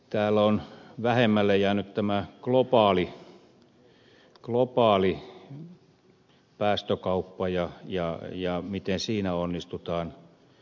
täällä on vähemmälle jäänyt tämä globaali päästökauppa ja se miten siinä onnistutaan